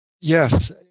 yes